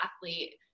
athlete